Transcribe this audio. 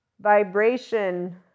vibration